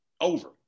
over